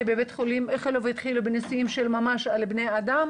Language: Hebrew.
בבית החולים איכילוב התחיל בניסויים של ממש על בני אדם